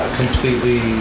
completely